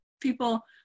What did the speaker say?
people